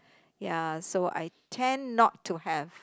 ya so I tend not to have